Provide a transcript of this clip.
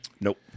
Nope